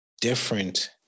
different